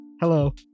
Hello